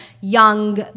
young